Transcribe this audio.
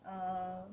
err